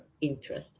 interest